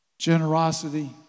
Generosity